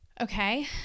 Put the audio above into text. Okay